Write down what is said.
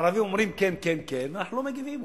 הערבים אומרים: כן, כן, כן, אנחנו לא מגיבים.